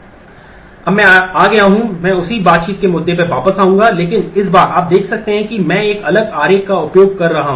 अब मैं आ गया हूं मैं उसी बातचीत के मुद्दे पर वापस आऊंगा लेकिन इस बार आप देख सकते हैं कि मैं एक अलग आरेख का उपयोग कर रहा हूं